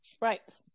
Right